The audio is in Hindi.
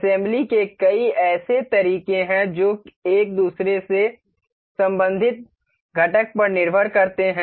असेंबली के कई ऐसे तरीके हैं जो एक दूसरे से संबंधित घटक पर निर्भर करते हैं